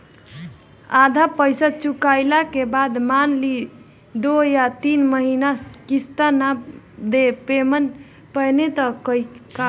आधा पईसा चुकइला के बाद मान ली दो या तीन महिना किश्त ना दे पैनी त का होई?